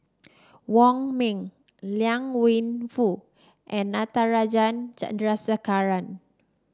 Wong Ming Liang Wenfu and Natarajan Chandrasekaran